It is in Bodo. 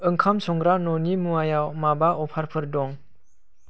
ओंखाम संग्रा न'नि मुवायाव माबा अफारफोर दं